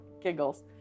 giggles